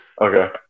Okay